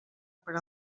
per